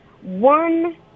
one